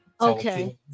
Okay